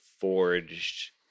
forged